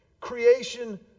creation